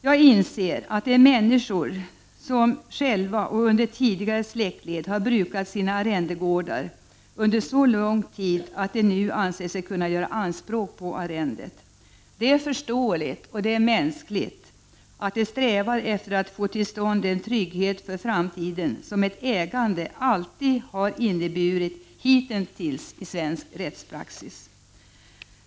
Jag inser att det handlar om människor som själva — nu eller i tidigare släktled — har brukat sina arrendegårdar under så lång tid att de anser sig kunna göra anspråk på arrendet. Det är förståeligt och mänskligt att de strävar efter att få till stånd den trygghet för framtiden som ett ägande hitintills alltid har inneburit i svensk rättspraxis.